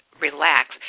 relax